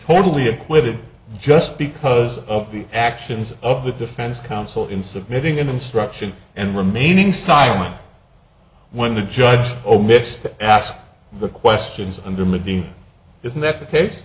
totally acquitted just because of the actions of the defense counsel in submitting an instruction and remaining silent when the judge omits that ask the questions in the movie isn't that the case